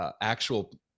actual